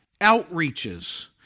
outreaches